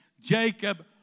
Jacob